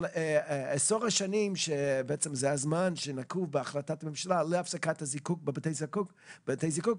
עשר שנים זה הזמן שנקוב בהחלטת הממשלה להפסקת הזיקוק בבתי הזיקוק,